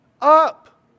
up